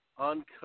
uncut